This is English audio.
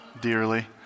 dearly